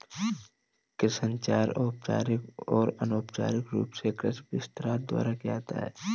कृषि संचार औपचारिक और अनौपचारिक रूप से कृषि विस्तार द्वारा किया जाता है